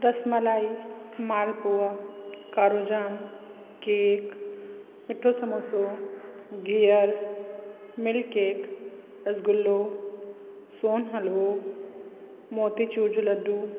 रसमलाई मालपूआ कालूजाम केक मिठो समोसो गिहर मिल्क केक रसगुल्लो सोन हलवो मोतीचूर जो लड्डू